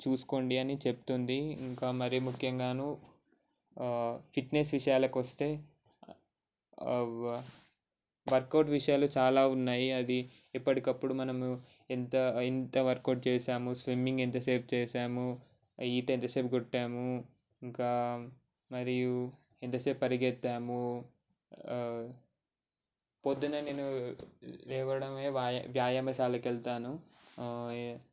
చూసుకోండి అని చెప్తుంది ఇంకా మరి ముఖ్యంగాను ఫిట్నెస్ విషయాలకి వస్తే వర్కౌట్ విషయాలు చాలా ఉన్నాయి అది ఎప్పడికప్పుడు మనం ఎంత ఎంత వర్కౌట్ చేసాము స్విమ్మింగ్ ఎంతసేపు చేసాము ఈత ఎంతసేపు కొట్టాము ఇంకా మరియు ఎంతసేపు పరిగెత్తాము పొద్దున్నే నేను లేవడమే వ్యాయా వ్యాయామశాలకి వెళతాను